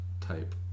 type